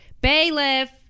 Bailiff